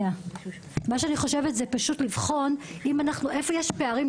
אני חושבת שפשוט לבחון איפה יש פערים,